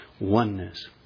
Oneness